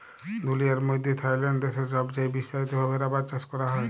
দুলিয়ার মইধ্যে থাইল্যান্ড দ্যাশে ছবচাঁয়ে বিস্তারিত ভাবে রাবার চাষ ক্যরা হ্যয়